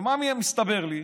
ומה מסתבר לי?